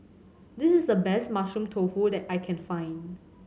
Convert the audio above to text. this is the best Mushroom Tofu that I can find